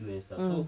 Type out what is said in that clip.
mm